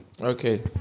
Okay